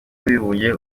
w’abibumbye